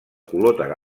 color